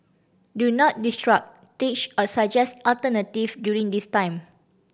do not teach or suggest alternative during this time